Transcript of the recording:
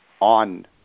on